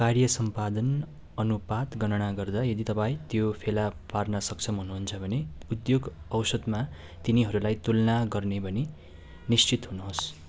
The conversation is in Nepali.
कार्यसम्पादन अनुपात गणना गर्दा यदि तपाईँँ त्यो फेला पार्न सक्षम हुनुहुन्छ भने उद्योग औसतमा तिनीहरूलाई तुलना गर्ने भनी निश्चित हुनुहोस्